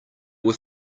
were